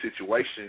situation